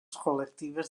col·lectives